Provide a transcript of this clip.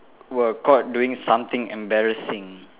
were caught doing something embarrassing